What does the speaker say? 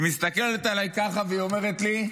היא מסתכלת עליי ככה, והיא ואומרת לי,